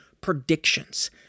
predictions